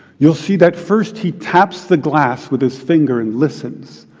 you'll see that first he taps the glass with his finger and listens.